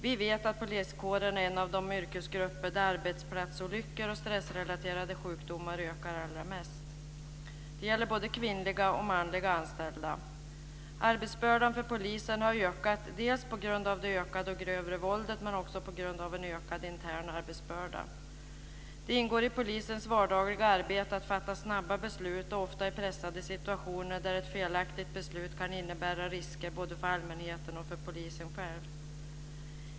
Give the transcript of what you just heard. Vi vet att poliskåren är en av de yrkesgrupper där arbetsplatsolyckor och stressrelaterade sjukdomar ökar allra mest. Det gäller både kvinnliga och manliga anställda. Arbetsbördan för polisen har ökat på grund av det ökade och grövre våldet, men också på grund av en ökad intern arbetsbörda. Det ingår i polisens vardagliga arbete att fatta snabba beslut och ofta i pressade situationer, där ett felaktigt beslut kan innebära risker både för allmänheten och för polisen själv.